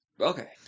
Okay